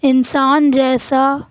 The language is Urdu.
انسان جیسا